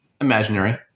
Imaginary